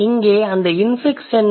இங்கே அந்த இன்ஃபிக்ஸ் என்ன